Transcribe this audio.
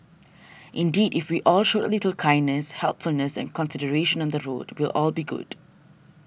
indeed if we all showed a little kindness helpfulness and consideration the road we'll all be good